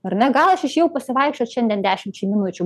ar ne gal aš išėjau pasivaikščiot šiandien dešimčiai minučių